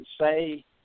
say